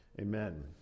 Amen